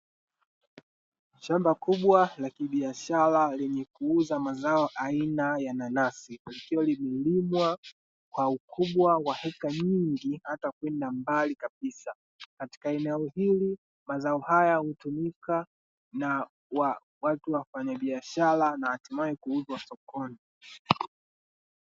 Shamba kubwa la kibiashara lenye kuuza mazao aina ya nanasi, likiwa limelimwa kwa ukubwa wa heka nyingi hata kwenda mbali kabisa, katika eneo hili mazao haya hutumika na watu wafanya biashara, na hatimae kuuzwa sokoni.